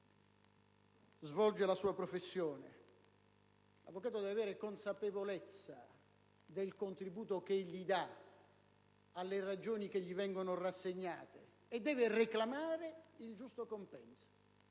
in cui svolge la sua professione. L'avvocato deve avere consapevolezza del contributo che egli dà alle ragioni che gli vengono rassegnate e deve reclamare il giusto compenso;